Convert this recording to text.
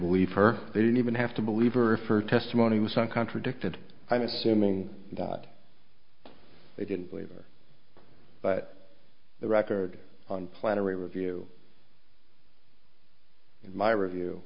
believe her they don't even have to believe or refer testimony was not contradicted i'm assuming that they didn't believe her but the record on plan or a review in my review